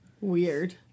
Weird